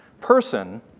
person